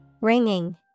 Ringing